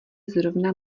zrovna